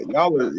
Y'all